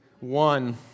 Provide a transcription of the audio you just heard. one